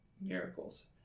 Miracles